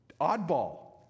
oddball